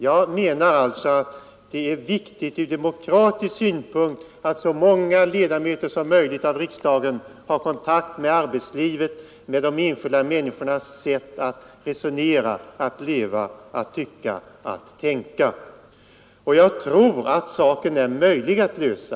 Jag menar alltså att det är viktigt från demokratisk synpunkt att så många ledamöter som möjligt av riksdagen har kontakt med arbetslivet och med de enskilda människornas sätt att resonera, att leva, att tycka, att tänka. Jag tror att problemet är möjligt att lösa.